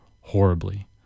horribly